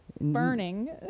Burning